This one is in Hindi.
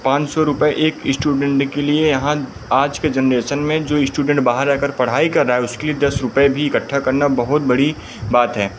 पाँच सौ रुपये एक इस्टूडेंड के लिए यहाँ आज का जनरेसन में जो इस्टूडेंट बाहर रहकर पढ़ाई कर रहा है उसके लिए दस रुपये भी इक्कठा करना बहुत बड़ी बात है